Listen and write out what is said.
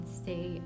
stay